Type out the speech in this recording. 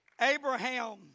Abraham